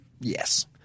Yes